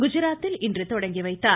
குஜராத்தில் இன்று தொடங்கி வைத்தார்